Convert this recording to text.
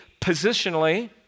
positionally